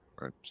right